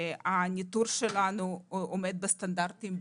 הניטור שלנו עומד בסטנדרטים בינלאומיים,